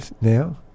Now